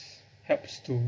helps to